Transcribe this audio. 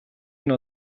энэ